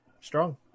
Strong